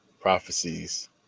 prophecies